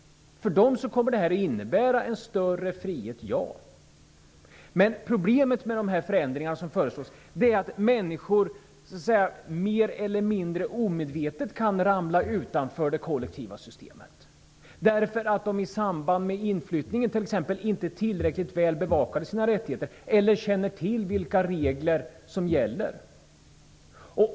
För dem kommer det här att innebära en större frihet. Men problemet med de förändringar som föreslås är att människor mer eller mindre omedvetet kan hamna utanför det kollektiva systemet, t.ex. därför att de i samband med inflyttningen inte tillräckligt väl bevakar sina rättigheter eller inte känner till vilka regler som gäller.